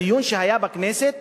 הדיון שהיה בכנסת,